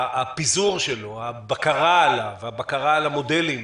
הפיזור שלו, הבקרה עליו, הבקרה על המודלים,